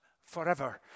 forever